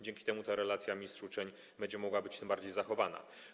Dzięki temu ta relacja mistrz - uczeń będzie mogła być tym bardziej zachowana.